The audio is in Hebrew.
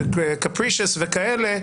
capricious וכן הלאה,